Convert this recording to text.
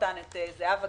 זהבה גלאון,